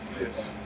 Yes